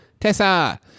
Tessa